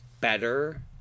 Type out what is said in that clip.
better